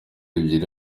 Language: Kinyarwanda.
ebyiri